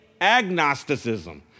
agnosticism